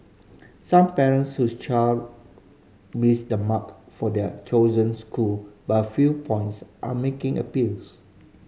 some parents whose child missed the mark for their chosen school by a few points are making appeals